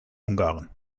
ungarn